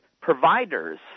providers –